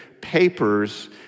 papers